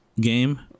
game